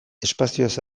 espazioaz